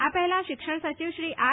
આ પહેલા શિક્ષણ સચિવ શ્રી આર